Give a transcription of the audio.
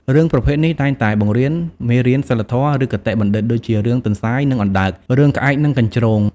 រឿងប្រភេទនេះតែងតែបង្រៀន មេរៀនសីលធម៌ ឬគតិបណ្ឌិត ដូចជា រឿងទន្សាយ និងអណ្ដើក រឿងក្អែក និងកញ្ជ្រោង ។